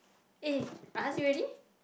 eh I asked you already